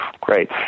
great